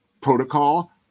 protocol